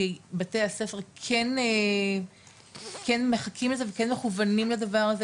כי בתי הספר כן מחכים לזה וכן מכוונים לדבר הזה,